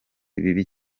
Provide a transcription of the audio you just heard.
bibi